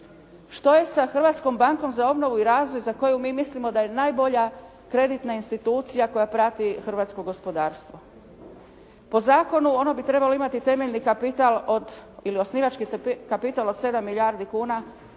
Što je sa Hrvatskom bankom za obnovu i razvoj za koju mi mislimo da je najbolja kreditna institucija koja prati hrvatsko gospodarstvo? Po zakonu ona bi trebala imati temeljni kapital od ili osnivački kapital od 7 milijardi kuna.